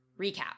recap